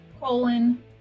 colon